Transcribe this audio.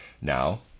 Now